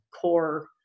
core